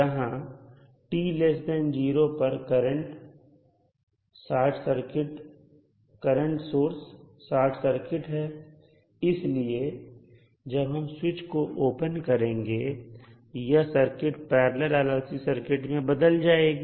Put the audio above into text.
यहां t0 पर current source short circuit है इसलिए जब हम स्विच को ओपन करेंगे यह सर्किट पैरलल RLC सर्किट में बदल जाएगी